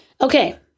Okay